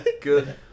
good